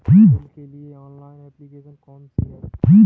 Bill के लिए online application कौन कौन सी हैं?